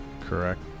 correct